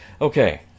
Okay